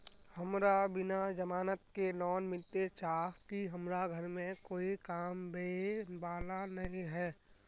हमरा बिना जमानत के लोन मिलते चाँह की हमरा घर में कोई कमाबये वाला नय है?